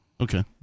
Okay